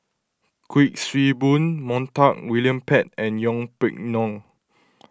Kuik Swee Boon Montague William Pett and Yeng Pway Ngon